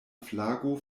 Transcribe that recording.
flago